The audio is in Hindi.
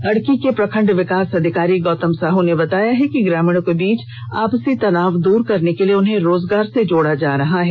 अड़की प्रखंड विकास अधिकारी गौतम साह ने बताया कि ग्रामीणों के बीच आपसी तनाव को दूर करने के लिए उन्हें रोजगार से जोड़ा जा रहा है